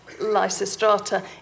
Lysistrata